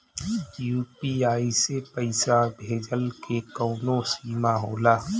UPI से पईसा भेजल के कौनो सीमा होला?